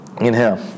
Inhale